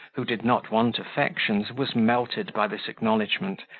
who did not want affections, was melted by this acknowledgment,